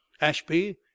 Ashby